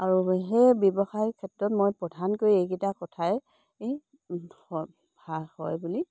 আৰু সেই ব্যৱসায়ৰ ক্ষেত্ৰত মই প্ৰধানকৈ এইকেইটা কথাই ভাল হয় বুলি